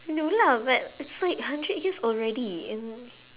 no lah but it's like hundred years already and